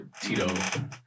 Tito